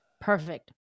Perfect